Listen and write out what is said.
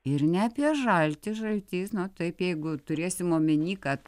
ir ne apie žaltį žaltys na taip jeigu turėsim omeny kad